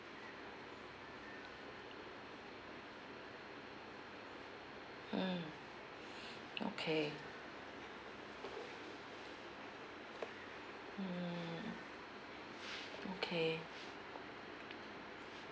mm okay mm okay